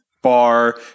bar